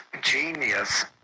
genius